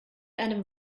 einem